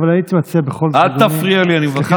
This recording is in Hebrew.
אבל הייתי רוצה בכל זאת, אל תפריע לי, אני מבקש.